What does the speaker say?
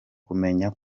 kumenya